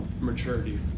maturity